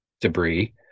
debris